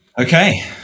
Okay